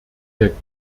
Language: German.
der